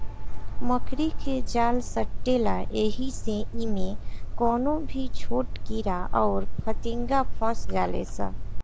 मकड़ी के जाल सटेला ऐही से इमे कवनो भी छोट कीड़ा अउर फतीनगा फस जाले सा